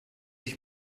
ich